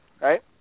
Right